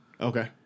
Okay